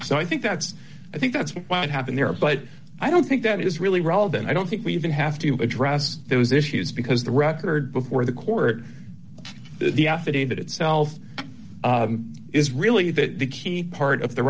so i think that's i think that's what happened there but i don't think that it is really relevant i don't think we even have to address those issues because the record before the court the affidavit itself is really that the key part of the